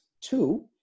two